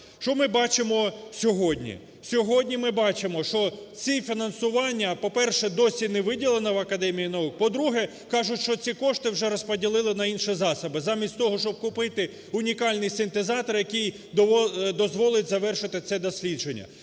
Що ми бачимо сьогодні? Сьогодні ми бачимо, що це фінансування, по-перше, досі не виділено в академії наук, по-друге, кажуть, що ці кошти вже розподілили на інші засоби, замість того, щоб купити унікальний синтезатор, який дозволить завершити це дослідження